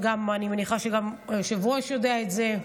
אני מניחה שגם היושב-ראש יודע את זה,